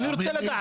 אני רוצה לדעת.